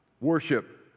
worship